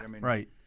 right